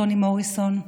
טוני מוריסון,